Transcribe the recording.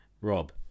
Rob